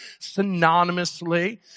synonymously